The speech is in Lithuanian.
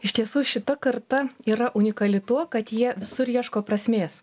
iš tiesų šita karta yra unikali tuo kad jie visur ieško prasmės